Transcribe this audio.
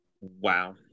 Wow